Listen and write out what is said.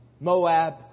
Moab